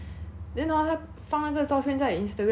then hor 放那个照片在 Instagram 上 hor